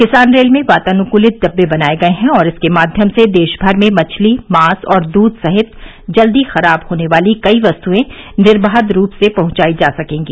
किसान रेल में वातानुकूलित डिब्बे बनाये गए हैं और इसके माध्यम से देशभर में मछली मांस और दूध सहित जल्दी खराब होने वाली कई वस्तुएं निर्बाध रूप से पहंचाई जा सकेंगी